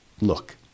look